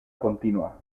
contínua